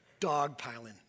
dogpiling